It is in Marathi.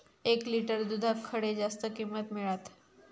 एक लिटर दूधाक खडे जास्त किंमत मिळात?